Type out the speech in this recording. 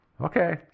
Okay